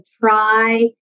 try